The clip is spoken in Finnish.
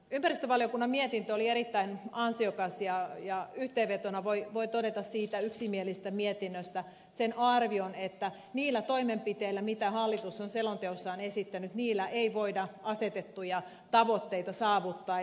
ympäristövaliokunnan mietintö oli erittäin ansiokas ja yhteenvetona voi todeta siitä yksimielisestä mietinnöstä sen arvion että niillä toimenpiteillä jotka hallitus on selonteossaan esittänyt ei voida asetettuja tavoitteita saavuttaa